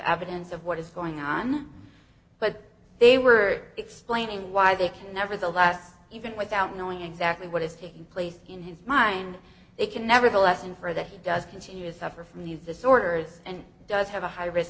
evidence of what is going on but they were explaining why they can nevertheless even without knowing exactly what is taking place in his mind they can nevertheless infer that he does continue to suffer from these disorders and does have a high risk